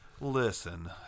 listen